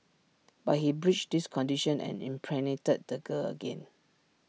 but he breached this condition and impregnated the girl again